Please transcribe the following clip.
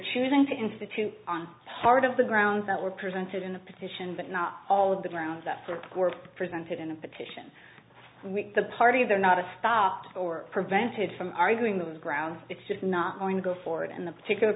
choosing to institute on part of the grounds that were presented in the petition but not all of the grounds that sort were presented in a petition with the party there not to stop or prevented from arguing those grounds it's just not going to go forward in the particular